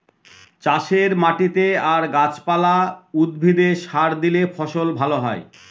চাষের মাটিতে আর গাছ পালা, উদ্ভিদে সার দিলে ফসল ভালো হয়